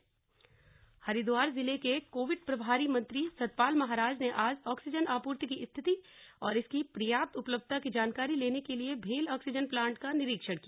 हरिद्वार हरिद्वार जिले के कोविड प्रभारी मंत्री सतपाल महाराज ने आज ाक्सीजन आपूर्ति की स्थिति और इसकी पर्याप्त उपलब्धता की जानकारी लेने के लिए भेल ऑक्सीजन प्लांट का निरीक्षण किया